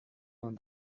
vingt